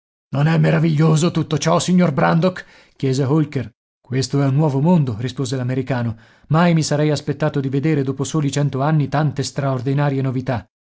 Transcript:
non è meraviglioso tutto ciò signor brandok chiese holker questo è un nuovo mondo rispose l'americano mai mi sarei aspettato di vedere dopo soli cento anni tante straordinarie novità